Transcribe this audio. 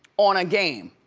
on a game.